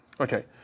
Okay